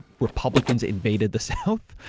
republicans invaded the south.